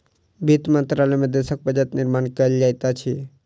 वित्त मंत्रालय में देशक बजट निर्माण कयल जाइत अछि